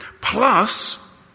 plus